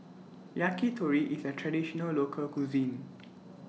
Yakitori IS A Traditional Local Cuisine